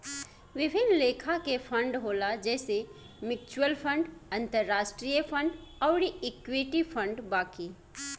विभिन्न लेखा के फंड होला जइसे म्यूच्यूअल फंड, अंतरास्ट्रीय फंड अउर इक्विटी फंड बाकी